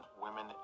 women